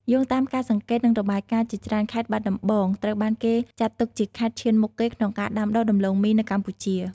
យោងតាមការសង្កេត និងរបាយការណ៍ជាច្រើន ខេត្តបាត់ដំបង ត្រូវបានគេចាត់ទុកជាខេត្តឈានមុខគេក្នុងការដាំដុះដំឡូងមីនៅកម្ពុជា។